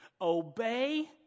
Obey